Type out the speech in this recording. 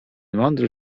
mądry